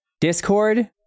discord